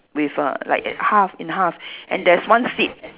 with err like err half in half and there's one seed